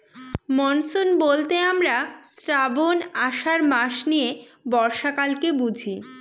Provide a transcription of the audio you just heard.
monsoon বলতে আমরা শ্রাবন, আষাঢ় মাস নিয়ে বর্ষাকালকে বুঝি